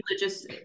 religious